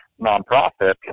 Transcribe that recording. nonprofit